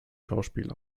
schauspiel